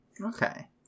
Okay